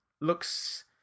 looks